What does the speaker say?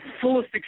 fullest